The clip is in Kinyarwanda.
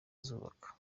azubaka